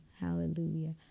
Hallelujah